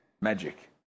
magic